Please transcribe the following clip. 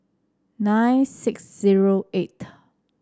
nine six zero eighth